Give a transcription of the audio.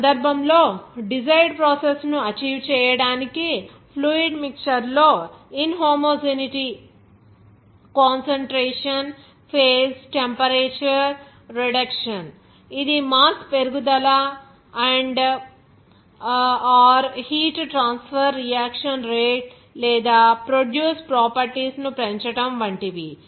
ఈ సందర్భంలో desired process ను అచీవ్ చేయడానికి ఫ్లూయిడ్ మిక్చర్ లో inhomogeneity concentration phase temperature reduction ఇది మాస్ పెరుగుదల and or heat transfer reaction rate లేదా ప్రొడ్యూస్ ప్రాపర్టీస్ ను పెంచడం వంటివి